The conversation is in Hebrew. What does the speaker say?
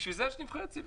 בשביל זה יש נבחרי ציבור.